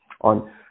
On